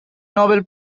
nobel